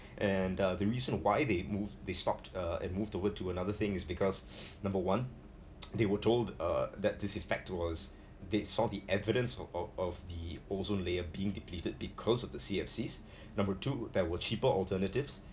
and the reason why they move they stopped uh and moved toward to another thing is because number one they were told uh that this effect was they saw the evidence of of the ozone layer being depleted because of the C_F_Cs number two there were cheaper alternatives